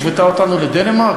השוותה אותנו לדנמרק?